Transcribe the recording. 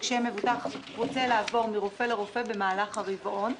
כאשר מבוטח רוצה לעבור מרופא לרופא במהלך הרבעון.